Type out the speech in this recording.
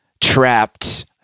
Trapped